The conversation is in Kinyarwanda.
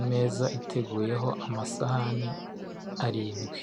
Imeza iteguyeho amasahani arindwi